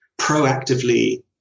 proactively